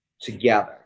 together